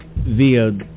via